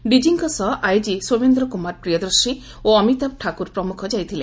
ଡିଜିଙ୍କ ସହ ଆଇଜି ସୌମେନ୍ଦ କୁମାର ପ୍ରିୟଦର୍ଶୀ ଓ ଅମିତାଭ ଠାକୁର ପ୍ରମୁଖ ଯାଇଥିଲେ